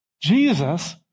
Jesus